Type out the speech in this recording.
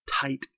tight